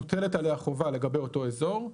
מוטלת עליה חובה לגבי אותו אזור.